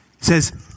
says